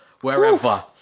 wherever